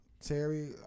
Terry